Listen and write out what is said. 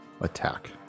attack